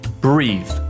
breathe